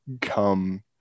come